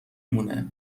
مونه